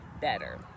better